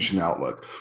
outlook